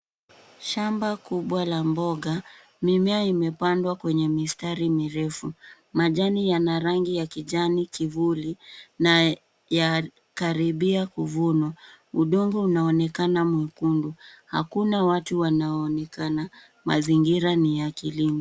Shamba kubwa la mboga. Mimea imepandwa kwenye mistari mirefu. Majani yana rangi ya kijani kivuli na yanakaribia kuvunwa. Udongo unaonekana mwekundu. Hakuna watu wanaonekana. Mazingira ni ya kilimo.